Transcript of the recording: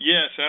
Yes